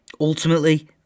Ultimately